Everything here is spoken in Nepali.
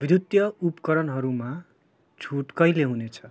विद्युतीय उपकरणहरूमा छुट कहिले हुनेछ